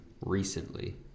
recently